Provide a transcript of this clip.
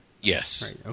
Yes